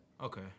Okay